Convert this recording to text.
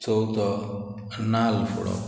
चवथो नाल्ल फोडप